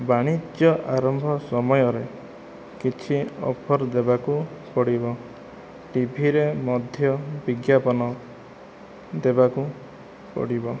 ବାଣିଜ୍ୟ ଆରମ୍ଭ ସମୟରେ କିଛି ଅଫର୍ ଦେବାକୁ ପଡ଼ିବ ଟିଭିରେ ମଧ୍ୟ ବିଜ୍ଞାପନ ଦେବାକୁ ପଡ଼ିବ